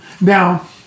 Now